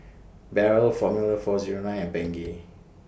Barrel Formula four Zero nine and Bengay